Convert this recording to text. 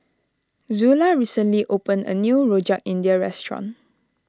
Zula recently opened a new Rojak India restaurant